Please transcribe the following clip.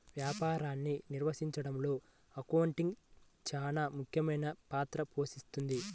వ్యాపారాన్ని నిర్వహించడంలో అకౌంటింగ్ చానా ముఖ్యమైన పాత్ర పోషిస్తది